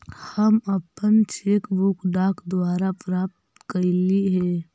हम अपन cheque book डाक द्वारा प्राप्त कईली हे